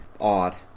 odd